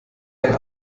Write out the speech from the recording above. einen